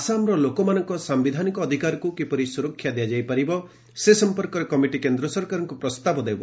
ଆସାମର ଲୋକମାନଙ୍କ ସାୟିଧାନିକ ଅଧିକାରକୁ କିପରି ସୁରକ୍ଷା ଦିଆଯାଇ ପାରିବ ସେ ସଂପର୍କରେ କମିଟି କେନ୍ଦ୍ର ସରକାରଙ୍କୁ ପ୍ରସ୍ତାବ ଦେବ